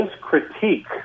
critique